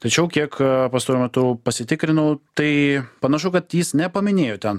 tačiau kiek pastaru metu pasitikrinau tai panašu kad jis nepaminėjo ten